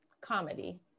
Comedy